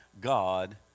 God